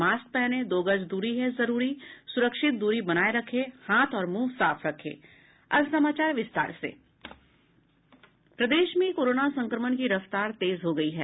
mask पहनें दो गज दूरी है जरूरी सुरक्षित दूरी बनाये रखें हाथ और मुंह साफ रखें प्रदेश में कोरोना संक्रमण की रफ्तार तेज हो गयी है